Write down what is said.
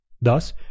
Thus